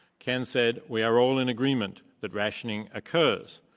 ken said we are all in agreement that rationing occurs.